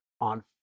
on